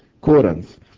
Corinth